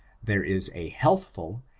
there is a healthful,